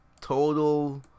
Total